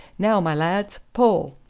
now, my lads, pull.